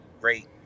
great